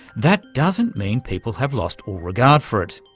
that doesn't mean people have lost all regard for it.